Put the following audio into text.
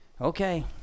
Okay